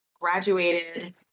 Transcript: graduated